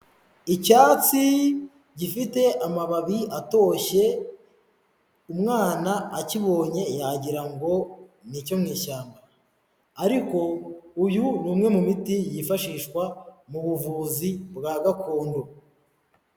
Icyatsi gifite amababi atoshye, umwana akibonye yagira ngo ni icyo mwishyamba, ariko uyu ni umwe mu miti yifashishwa mu buvuzi bwa gakondo.